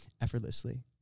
effortlessly